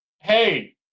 Hey